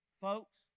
Folks